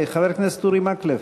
חבר הכנסת אורי מקלב.